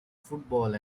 football